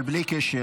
אבל בלי קשר,